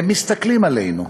הם מסתכלים עלינו,